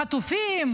חטופים.